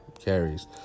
carries